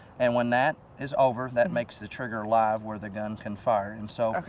and when that is over, that makes the trigger live where the gun can fire. and so,